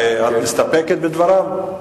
אני רוצה רק דקה שיחה אחרי, את מסתפקת בדבריו?